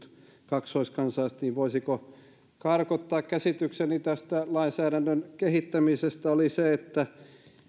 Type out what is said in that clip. kaksoiskansalaiset karkottaa käsitykseni tästä lainsäädännön kehittämisestä oli se että meidän